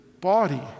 body